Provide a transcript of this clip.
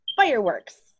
fireworks